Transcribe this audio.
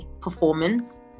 performance